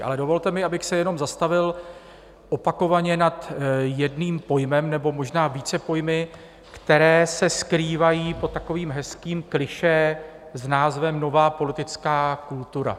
Ale dovolte mi, abych se jenom zastavil opakovaně nad jedním pojmem, nebo možná více pojmy, které se skrývají pod takovým hezkým klišé s názvem nová politická kultura.